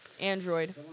Android